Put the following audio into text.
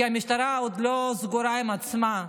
כי המשטרה עוד לא סגורה על עצמה,